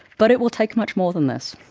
but it will take much more than this.